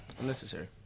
unnecessary